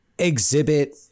exhibit